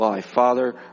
Father